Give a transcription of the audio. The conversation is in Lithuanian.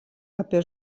apie